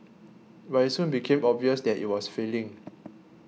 but it soon became obvious that it was failing